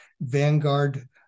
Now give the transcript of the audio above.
Vanguard